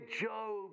Job